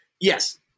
yes